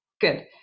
Good